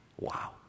Wow